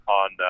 on